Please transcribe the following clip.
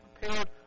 prepared